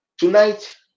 Tonight